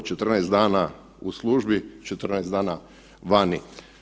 14 dana u službi, 14 dana vani.